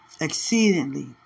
Exceedingly